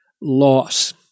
loss